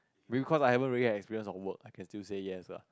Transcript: because I haven't really experience on work I can still say yes lah